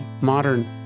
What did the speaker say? modern